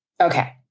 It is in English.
Okay